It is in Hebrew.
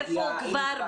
איפה כבר,